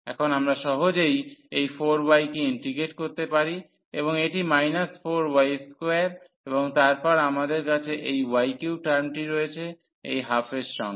এখন আমরা সহজেই এই 4y কে ইন্টিগ্রেট করতে পারি এবং এটি 4y2 এবং তারপর আমাদের কাছে এই y3 টার্মটি রয়েছে এই 12 এর সঙ্গে